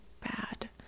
bad